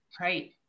Right